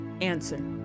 answer